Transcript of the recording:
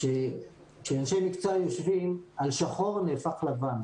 כשאנשי מקצוע יושבים אז שחור נהפך לבן.